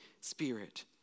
Spirit